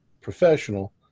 professional